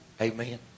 Amen